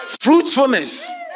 Fruitfulness